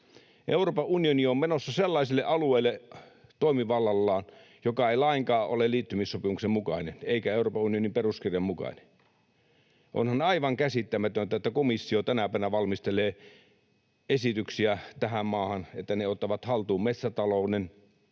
Euroopan unioni on menossa toimivallallaan sellaisille alueille, jotka eivät lainkaan ole liittymissopimuksen mukaisia eivätkä Euroopan unionin peruskirjan mukaisia. Onhan aivan käsittämätöntä, että komissio tänä päivänä valmistelee tähän maahan esityksiä, joilla se ottaa haltuun metsätalouden